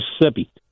Mississippi